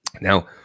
Now